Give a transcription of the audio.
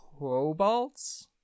Cobalts